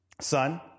Son